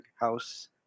house